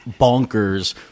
bonkers